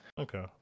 Okay